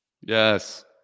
yes